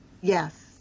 Yes